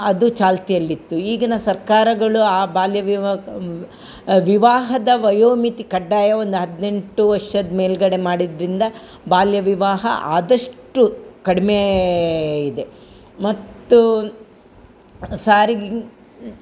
ಅದು ಚಾಲ್ತಿಯಲ್ಲಿತ್ತು ಈಗಿನ ಸರ್ಕಾರಗಳು ಆ ಬಾಲ್ಯ ವಿವಾಕ ವಿವಾಹದ ವಯೋಮಿತಿ ಕಡ್ಡಾಯ ಒಂದು ಹದಿನೆಂಟು ವರ್ಷದ ಮೇಲುಗಡೆ ಮಾಡಿದ್ದರಿಂದ ಬಾಲ್ಯ ವಿವಾಹ ಆದಷ್ಟು ಕಡ್ಮೆ ಇದೆ ಮತ್ತು ಸಾರಿಗಿಂಗೆ